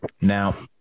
Now